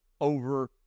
over